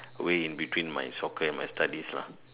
way in between my soccer and my studies lah